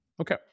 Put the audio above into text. Okay